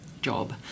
job